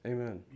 Amen